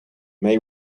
may